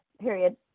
Period